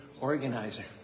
organizer